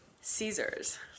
Caesars